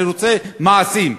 אני רוצה מעשים.